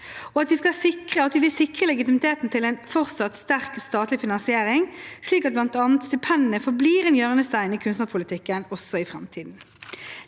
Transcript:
Vi vil også sikre legitimiteten til en fortsatt sterk statlig finansiering, slik at bl.a. stipendene forblir en hjørnestein i kunstnerpolitikken også i framtiden.